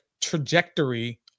trajectory